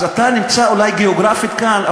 אז אתה נמצא אולי גיאוגרפית כאן,